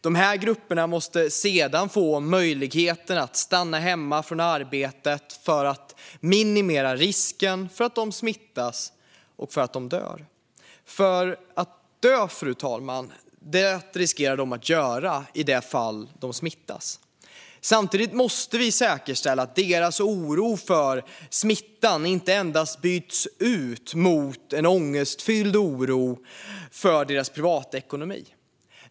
Dessa grupper måste sedan få möjlighet att stanna hemma från arbetet för att minimera risken för att de smittas och dör. För dö, fru talman, riskerar de att göra om de smittas. Samtidigt måste vi säkerställa att deras oro för smittan inte endast byts ut mot en ångestfylld oro för privatekonomin.